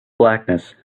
blackness